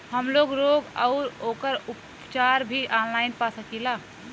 हमलोग रोग अउर ओकर उपचार भी ऑनलाइन पा सकीला?